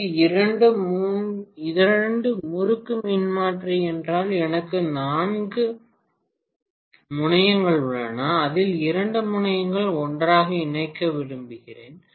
இது இரண்டு முறுக்கு மின்மாற்றி என்றால் எனக்கு நான்கு முனையங்கள் உள்ளன அதில் இரண்டு முனையங்கள் ஒன்றாக இணைக்க விரும்புகிறேன்